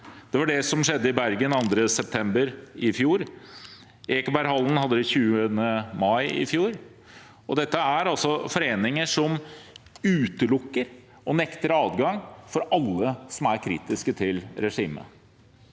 Det var det som skjedde i Bergen 2. september i fjor. Ekeberghallen hadde det 20. mai i fjor. Dette er altså foreninger som utelukker alle som er kritiske til regimet,